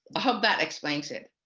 i hope that explains it.